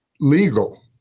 legal